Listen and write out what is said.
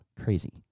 Crazy